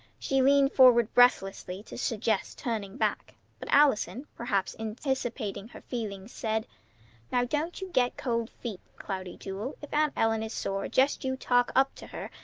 she leaned forward breathlessly to suggest turning back but allison, perhaps anticipating her feeling, said now don't you get cold feet, cloudy jewel. if aunt ellen is sore, just you talk up to her,